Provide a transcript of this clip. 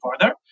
further